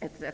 etc.